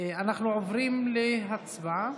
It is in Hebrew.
אנחנו עוברים להצבעה.